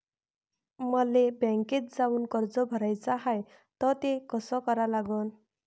मले बँकेत जाऊन कर्ज भराच हाय त ते कस करा लागन?